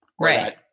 Right